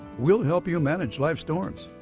we'll help you manage life's storms.